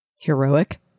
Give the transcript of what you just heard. Heroic